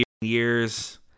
years